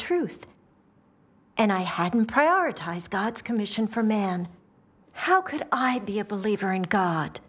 truth and i hadn't prioritized god's commission for man how could i be a believer in god